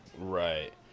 Right